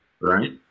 Right